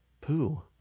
poo